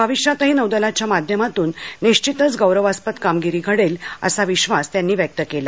भविष्यातही नौदलाच्या माध्यमातून निश्चितच गौरवास्पद कामगिरी घडेल असा विश्वास कोविंद यांनी व्यक्ता केला